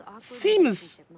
Seems